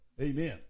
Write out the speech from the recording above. Amen